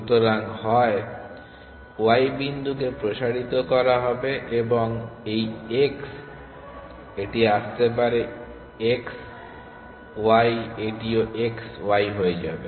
সুতরাং হয় y বিন্দুকে প্রসারিত করা হবে তখন এই x এটি আসতে পারে x y এটিও x y হয়ে যাবে